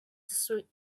sweet